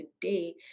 today